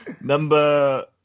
Number